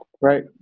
Right